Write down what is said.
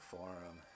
Forum